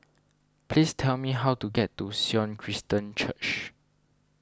please tell me how to get to Sion Christian Church